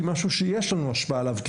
זה משהו שיש לנו השפעה עליו,